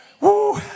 Woo